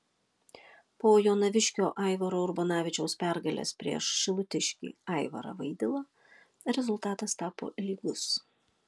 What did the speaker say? po jonaviškio aivaro urbonavičiaus pergalės prieš šilutiškį aivarą vaidilą rezultatas tapo lygus